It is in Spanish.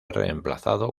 reemplazado